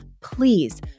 please